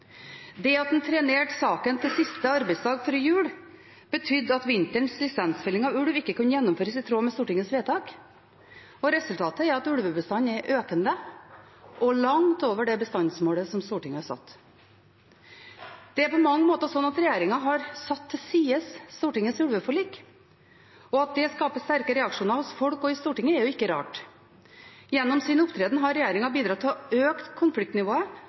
Det at en trenerte saken til siste arbeidsdag før jul, betydde at vinterens lisensfelling av ulv ikke kunne gjennomføres i tråd med Stortingets vedtak, og resultatet er at ulvebestanden er økende og langt over det bestandsmålet som Stortinget har satt. Det er på mange måter slik at regjeringen har satt til side Stortingets ulveforlik. At det skaper sterke reaksjoner hos folk og i Stortinget, er ikke rart. Gjennom sin opptreden har regjeringen bidratt til å øke konfliktnivået,